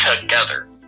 TOGETHER